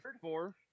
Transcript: four